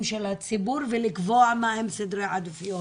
של הציבור ולקבוע מה הם סדרי העדיפויות.